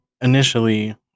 initially